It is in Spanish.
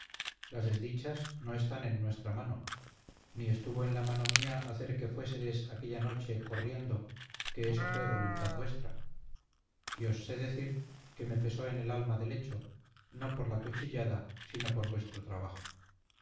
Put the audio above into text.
las desdichas no están en nuestra mano ni estuvo en la mano mía hacer que fuesedes aquella noche corriendo que eso fue voluntad vuestra y os sé decir que me pesó en el alma del hecho no por la cuchillada sino por vuestro trabajo